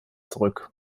zurück